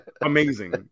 amazing